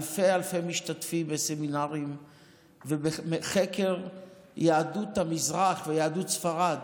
אלפים אלפים משתתפים בסמינרים ובחקר יהדות המזרח ויהדות ספרד,